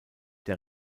der